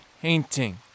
painting